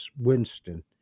Winston